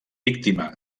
víctima